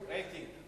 רייטינג.